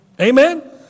Amen